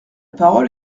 parole